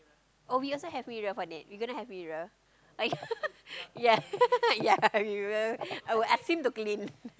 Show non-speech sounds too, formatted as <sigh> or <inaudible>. oh we also we have mirror for that we going to have mirror oh <laughs> yea yea yea <laughs> we will I will ask him to clean